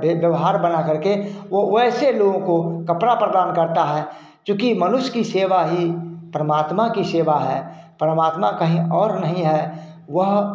वेद व्यवहार बना करके वो वैसे लोगों को कपड़ा प्रदान करता है चूँकि मनुष्य की सेवा ही परमात्मा की सेवा है परमात्मा कहीं और नहीं है वह